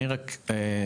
אני רק אומר,